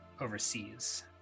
overseas